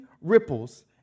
ripples